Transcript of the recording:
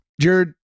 Jared